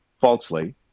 falsely